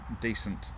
Decent